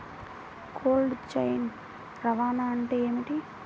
Cold chain రవాణా అంటే ఏమిటీ?